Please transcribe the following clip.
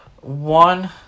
One